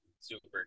super